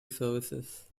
services